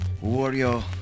Warrior